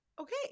Okay